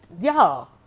y'all